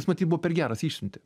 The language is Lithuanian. jis matyt buvo per geras jį išsiuntė